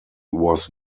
was